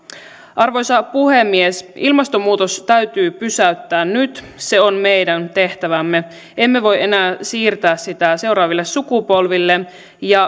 arvoisa puhemies ilmastonmuutos täytyy pysäyttää nyt se on meidän tehtävämme emme voi enää siirtää sitä seuraaville sukupolville